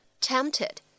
tempted